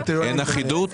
אין אחידות?